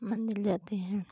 मन्दिर जाते हैं